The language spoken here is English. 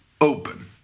open